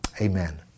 Amen